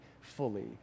fully